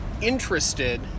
interested